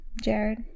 Jared